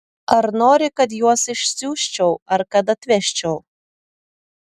ar nori kad juos išsiųsčiau ar kad atvežčiau